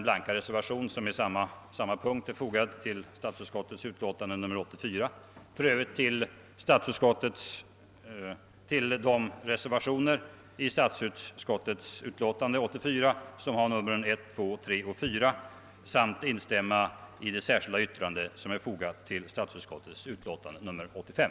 Dessutom yrkar jag bifall till reservationerna 1, 2, 3 och 4 vid statsutskottets utlåtande nr 84 och intämmer i det särskilda yttrande som är fogat till statsutskottets utlåtande nr 85.